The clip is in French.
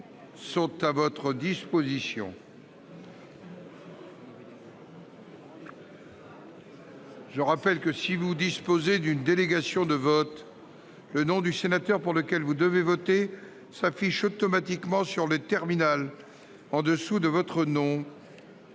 dans le terminal. Je vous rappelle que, si vous disposez d'une délégation de vote, le nom du sénateur pour lequel vous devez voter s'affiche automatiquement sur le terminal au-dessous de votre nom.